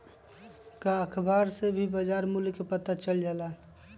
का अखबार से भी बजार मूल्य के पता चल जाला?